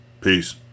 Peace